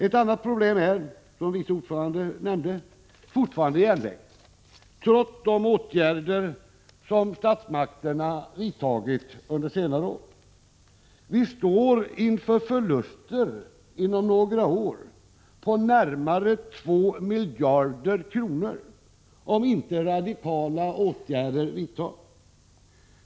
Ett annat problem är, som vice ordföranden nämnde, fortfarande järnvägen, trots de åtgärder som statsmakterna vidtagit under senare år. Vi står inför förluster inom några år på närmare 2 miljarder kronor, om inte radikala åtgärder vidtas.